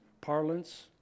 parlance